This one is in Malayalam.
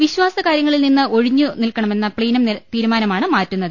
വിശ്വാസ കാര്യങ്ങളിൽ നിന്ന് പാർട്ടി ഒഴിഞ്ഞു നിൽക്കണമെന്ന പ്തീനം തീരുമാനമാണ് മാറ്റുന്നത്